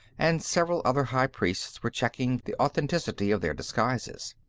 and several other high priests were checking the authenticity of their disguises.